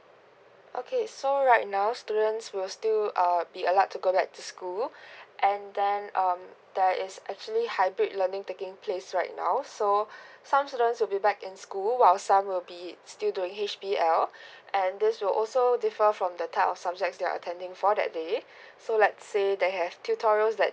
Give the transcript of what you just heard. okay so right now students will still uh be allowed to go back to school and then um there's actually hybrid learning taking place right now so some students will be back in school while some will be still doing H_B_L and this will also differ from the type of subjects they are attending for that day so let's say they have tutorials that